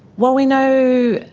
well, we know,